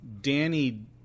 Danny